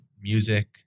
music